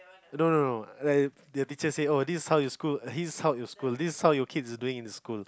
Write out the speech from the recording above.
no no no like the teacher say oh this is how your school this how your school this is how your kids are doing in the school